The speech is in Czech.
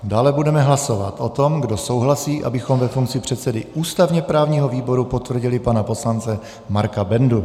Dále budeme hlasovat o tom, kdo souhlasí, abychom ve funkci předsedy ústavněprávního výboru potvrdili pana poslance Marka Bendu.